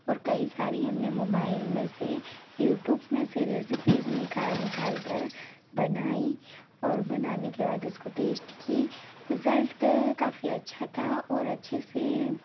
और कई सारी हमने मोबाइल में से यूट्यूब में से रेसिपीज निकाल निकालकर बनाई और बनाने के बाद उसको टेस्ट की रिजल्ट काफ़ी अच्छा था और अच्छे से